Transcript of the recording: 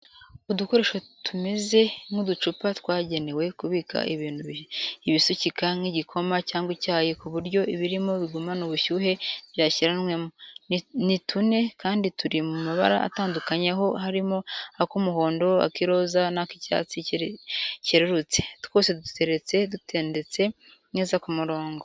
Udukoresho tumeze nk'uducupa twagenewe kubika ibintu bisukika nk'igikoma cyangwa icyayi ku buryo ibirimo bigumana ubushyuhe byashyiranwemo. Ni tune kandi turi mu mabara atandukanye aho harimo ak'umuhondo, ak'iroza, n'ak'icyatsi cyererutse. Twose duteretse dutondetse neza ku murongo.